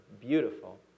beautiful